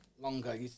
longer